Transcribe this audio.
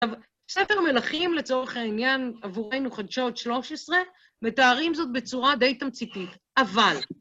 ספר מלכים לצורך העניין עבורנו חדשות 13, מתארים זאת בצורה די תמציתית, אבל...